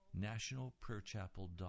NationalPrayerChapel.com